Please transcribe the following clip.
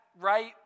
Right